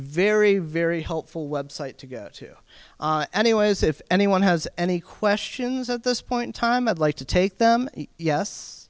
very very helpful web site to go to anyway as if anyone has any questions at this point time i'd like to take them yes